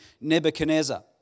Nebuchadnezzar